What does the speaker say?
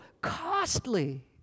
costly